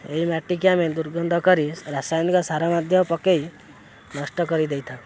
ଏହି ମାଟିକି ଆମେ ଦୁର୍ଗନ୍ଧ କରି ରାସାୟନିକ ସାର ମଧ୍ୟ ପକାଇ ନଷ୍ଟ କରିଦେଇଥାଉ